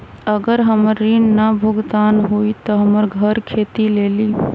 अगर हमर ऋण न भुगतान हुई त हमर घर खेती लेली?